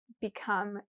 Become